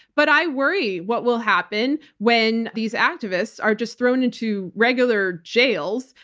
but i worry what will happen when these activists are just thrown into regular jails,